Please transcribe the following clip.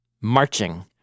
marching